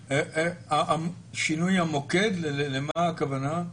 שינוי המוקד, למה הכוונה?